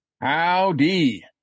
howdy